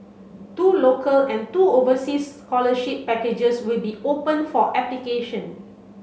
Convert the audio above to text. two local and two oversea scholarship packages will be open for application